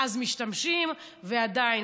אז משתמשים, ועדיין.